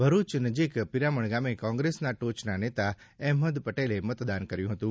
ભરૂચ નજીક પીરામણ ગામે કોંગ્રેસમાં ટોચના નેતા અહેમદ પટેલે મતદાન કર્યું હતું